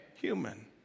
human